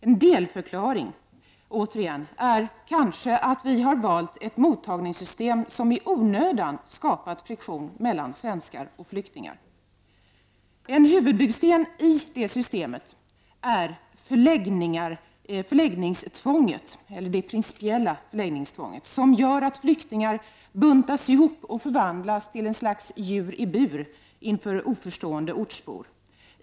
En delförklaring är att vi kanske har valt ett mottagningssystem som i onödan har skapat friktion mellan svenskar och flyktingar. En huvudbyggsten i det systemet är det principiella förläggningstvånget, som gör att flyktingarna buntas ihop och förvandlas till ett slags djur i bur inför oförstående ortsbor.